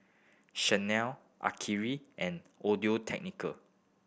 Chanel Akiri and Audio Technica